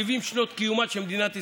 ב-70 שנות קיומה של מדינת ישראל,